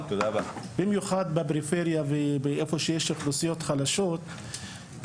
במיוחד בפריפריה ואיפה שיש אוכלוסיות חלשות,